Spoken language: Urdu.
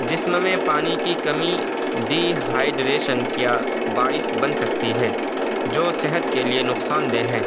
جسم میں پانی کی کمی ڈی ہائڈریشن کا باعث بن سکتی ہے جو صحت کے لیے نقصان دہ ہے